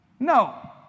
No